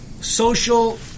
social